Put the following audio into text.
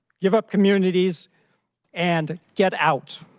give up communities and get out.